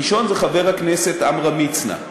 הראשון הוא חבר הכנסת עמרם מצנע,